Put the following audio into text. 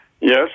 Yes